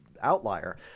outlier